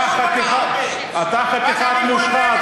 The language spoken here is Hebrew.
אתה חתיכת מושחת.